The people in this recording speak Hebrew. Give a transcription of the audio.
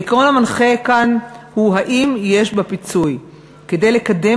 העיקרון המנחה כאן הוא האם יש בפיצוי כדי לקדם